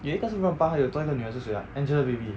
有一个是热巴还有多一个女的是谁啊 angela baby